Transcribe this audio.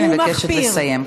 אני מבקשת לסיים.